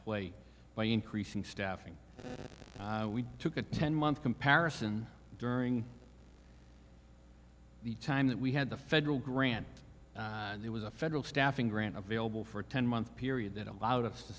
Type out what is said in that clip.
play by increasing staffing that we took a ten month comparison during the time that we had the federal grant and there was a federal staffing grant available for a ten month period that allowed us to